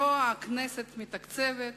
שלא הכנסת מתקצבת,